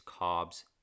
carbs